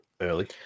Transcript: early